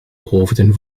hoofden